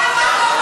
השר, בכל הכבוד לו,